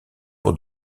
pour